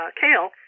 Kale